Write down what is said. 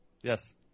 yes